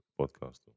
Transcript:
podcast